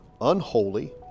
unholy